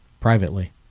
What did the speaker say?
privately